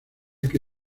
que